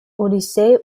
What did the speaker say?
odyssee